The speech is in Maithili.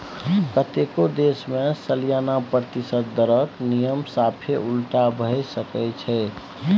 कतेको देश मे सलियाना प्रतिशत दरक नियम साफे उलटा भए सकै छै